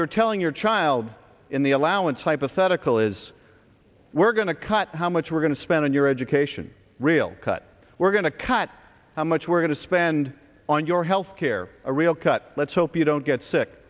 you're telling your child in the allowance hypothetical is we're going to cut how much we're going to spend on your education real cut we're going to cut how much we're going to spend on your health care a real cut let's hope you don't get sick